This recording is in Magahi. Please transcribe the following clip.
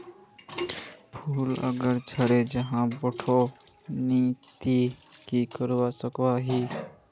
फूल अगर झरे जहा बोठो नी ते की करवा सकोहो ही?